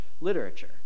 literature